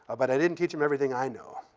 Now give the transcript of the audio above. ah but i didn't teach him everything i know.